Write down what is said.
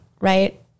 right